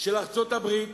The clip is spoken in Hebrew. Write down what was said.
של ארצות-הברית,